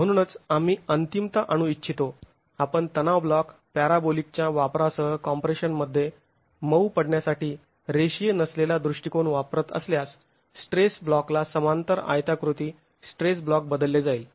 म्हणूनच आम्ही अंतिमत आणू इच्छितो आपण तणाव ब्लॉक पॅरेबाेलीकच्या वापरासह कॉम्प्रेशनमध्ये मऊ पडण्यासाठी रेषीय नसलेला दृष्टिकोन वापरत असल्यास स्ट्रेस ब्लॉकला समांतर आयताकृती स्ट्रेस ब्लॉक बदलले जाईल